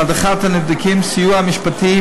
להדרכת הנבדקים ולסיוע משפטי,